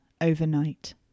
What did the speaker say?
overnight